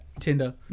tinder